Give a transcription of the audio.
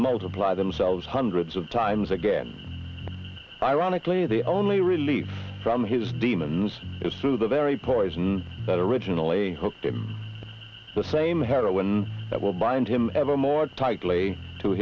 multiply themselves hundreds of times again ironically the only relief from his demons is through the very poison that originally hooked him the same heroin that will bind him ever more tightly to